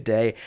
Day